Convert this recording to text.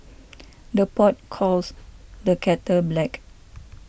the pot calls the kettle black